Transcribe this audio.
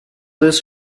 this